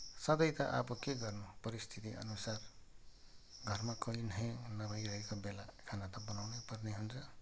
सधैँ त अब के गर्नु परिस्थितिअनुसार घरमा कोही नै नह नभइरहेको बेला खाना त बनाउनैपर्ने हुन्छ